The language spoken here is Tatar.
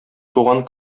туган